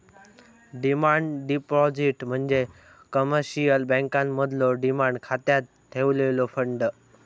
demand deposit म्हणजे commercial बँकांमधलो demand खात्यात ठेवलेलो फंड